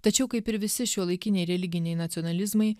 tačiau kaip ir visi šiuolaikiniai religiniai nacionalizmai